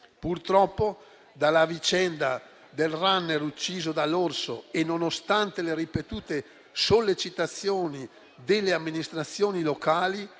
Purtroppo, dalla vicenda del *runner* ucciso dall'orso e nonostante le ripetute sollecitazioni delle amministrazioni locali,